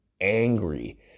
angry